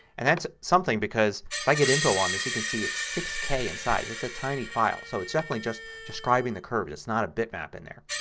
and that's something because if i get info on this you can see it's six k in size. it's a tiny file. so it's definitely just describing the curves. it's not a bit map in there.